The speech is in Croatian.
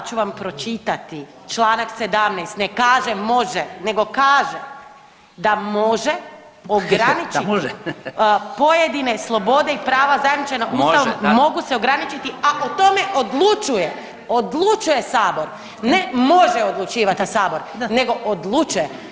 ja ću vam pročitati Članak 17. ne kaže može, nego kaže da može ograničiti [[Upadica: Ha, ha da može, ha, ha.]] pojedine slobode i prava zajamčena Ustavom mogu se ograničiti a o tome odlučuje, odlučuje sabor, ne može odlučivati sabor, nego odlučuje.